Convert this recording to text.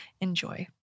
Enjoy